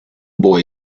boy